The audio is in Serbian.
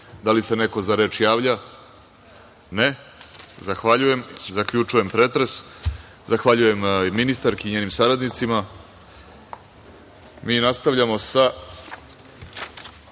da li se neko za reč javlja? Ne. Zahvaljujem. Zaključujem pretres. Zahvaljujem i ministarki i njenim saradnicima. Mi nastavljamo sa